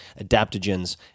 adaptogens